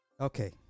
okay